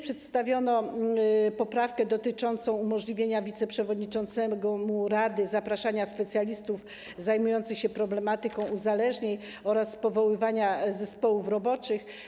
Przedstawiono również poprawkę dotyczącą umożliwienia wiceprzewodniczącemu rady zapraszania specjalistów zajmujących się problematyką uzależnień oraz powoływania zespołów roboczych.